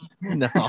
no